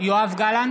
יואב גלנט,